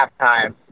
halftime